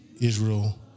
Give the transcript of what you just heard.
Israel